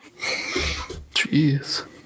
Jeez